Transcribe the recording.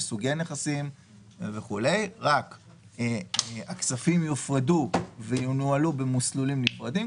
רק הכספים יופרדו וינוהלו במסלולים נפרדים,